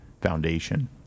foundation